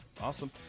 awesome